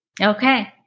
Okay